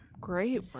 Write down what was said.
Great